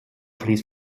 fließt